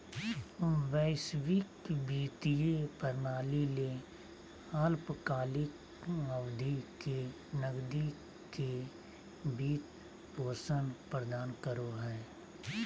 वैश्विक वित्तीय प्रणाली ले अल्पकालिक अवधि के नकदी के वित्त पोषण प्रदान करो हइ